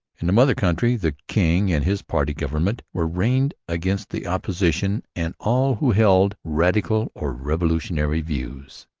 in the mother country the king and his party government were ranged against the opposition and all who held radical or revolutionary views.